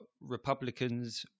Republicans